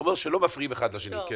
כל